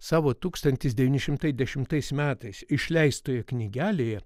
savo tūkstantis devyni šimtai dešimtais metais išleistoje knygelėje